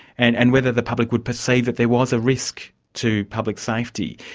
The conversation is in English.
and and whether the public would perceive that there was a risk to public safety.